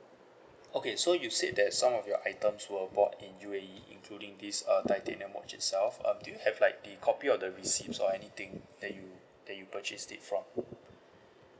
okay so you said that some of your items were bought in U_A_E including this uh titanium watch itself um do you have like the copy of the receipts or anything that you that you purchased it from